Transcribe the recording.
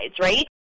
right